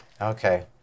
Okay